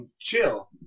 chill